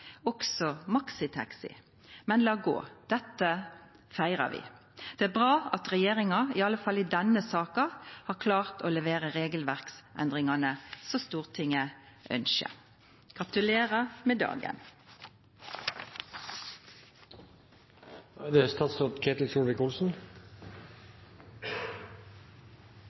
også maxitaxiar. Men la gå – dette feirar vi. Det er bra at regjeringa i alle fall i denne saka har klart å levera regelverksendringane som Stortinget ønskjer. Gratulerer med dagen!